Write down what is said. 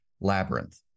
labyrinth